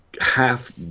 half